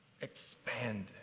expanded